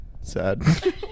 sad